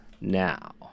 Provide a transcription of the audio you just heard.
now